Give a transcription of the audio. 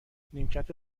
نیمکت